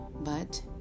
but